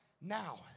Now